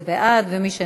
זה בעד, ומי שנגד,